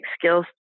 skills